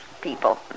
people